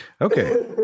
Okay